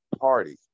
party